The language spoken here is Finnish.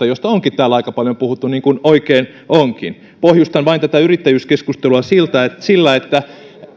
josta onkin täällä aika paljon puhuttu niin kuin oikein onkin pohjustan tätä yrittäjyyskeskustelua sillä että